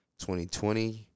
2020